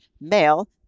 male